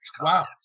Wow